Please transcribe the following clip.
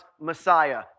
Messiah